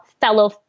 fellow